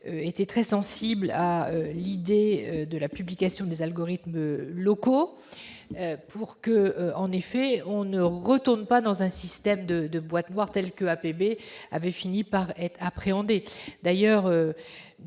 était très sensible à l'idée de la publication des algorithmes locaux pour que en effet on ne retourne pas dans un système de de boîtes noires telles que APB avait fini par être appréhendé,